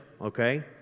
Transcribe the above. okay